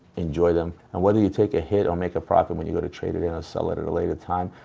enjoy them. and whether you take a hit or make a profit when you go to trade it in or sell it at a later time,